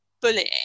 bullying